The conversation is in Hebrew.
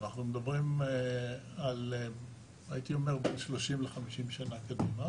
אנחנו מדברים על שלושים וחמישים שנה קדימה